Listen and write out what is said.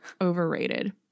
Overrated